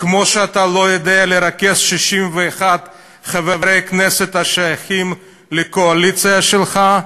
כמו שאתה לא יודע לרכז 61 חברי כנסת השייכים לקואליציה שלך,